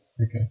Okay